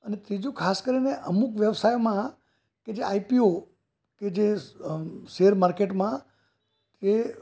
અને ત્રીજું ખાસ કરીને અમુક વ્યવસાયમાં કે જે આઈ પી ઓ કે જે અ શૅરમાર્કેટમાં એ